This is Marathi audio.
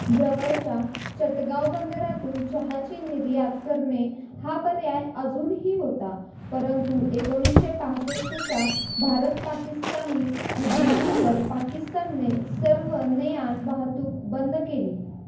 जवळच्या चटगाव बंदरातून चहाची निर्यात करणे हा पर्याय अजूनही होता परंतु एकोणीसशे पासष्टच्या भारत पाकिस्तानी युद्धानंतर पाकिस्तानने सर्व ने आण वाहतूक बंद केली